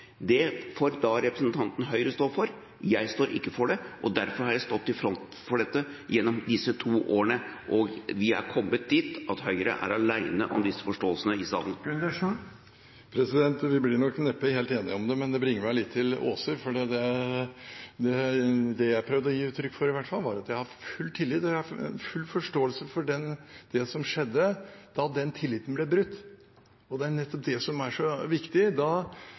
Det får representanten fra Høyre stå for. Jeg står ikke for det. Derfor har jeg stått i front for dette gjennom disse to årene, og vi er kommet dit at Høyre er alene om disse forståelsene i salen. Vi blir nok neppe helt enige om det, men det bringer meg litt til Aaser. Det jeg prøvde å gi uttrykk for, i hvert fall, var at jeg har full forståelse for det som skjedde da den tilliten ble brutt, og det er nettopp det som er så viktig. Da